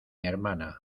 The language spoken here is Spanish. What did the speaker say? hermana